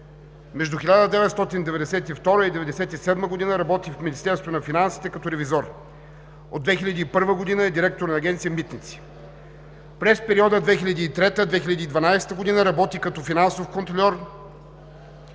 Между 1992-а и 1997 г. работи в Министерството на финансите като ревизор. От 2001 г. е директор на Агенция „Митници“. През периода 2003 – 2012 г. работи като финансов контрольор